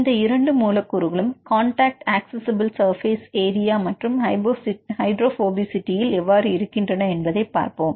இந்த இரண்டு மூலக்கூறுகளும் கான்டக்ட் அக்சிசிபிள் சர்பேஸ் ஏரியா மற்றும் ஹைட்ரோபோபசிட்டி எவ்வாறு இருக்கின்றன என்பதை பார்ப்போம்